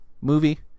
movie